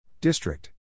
District